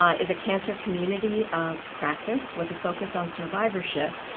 ah is a cancer community of practice with a focus on survivorship.